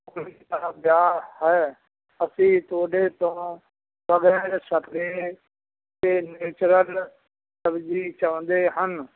ਕੁੜੀ ਦਾ ਵਿਆਹ ਹੈ ਅਸੀਂ ਤੁਹਾਡੇ ਤੋਂ ਵਗੈਰ ਸਪਰੇ ਅਤੇ ਨੈਚੁਰਲ ਸਬਜ਼ੀ ਚਾਹੁੰਦੇ ਹਨ